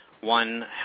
one